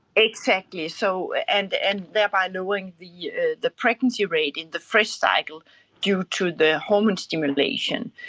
exactly, so and and thereby knowing the the pregnancy rate in the fresh cycle due to the hormone stimulation.